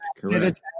correct